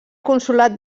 consolat